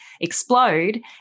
explode